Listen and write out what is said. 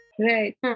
Right